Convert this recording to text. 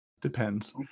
depends